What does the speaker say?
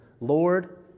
Lord